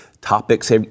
topics